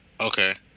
Okay